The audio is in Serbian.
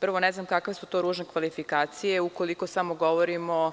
Prvo, ne znam kakve su to ružne kvalifikacije, ukoliko samo govorimo,